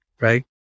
right